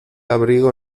abrigo